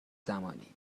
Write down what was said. زمانی